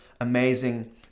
amazing